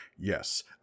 Yes